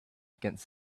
against